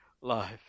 life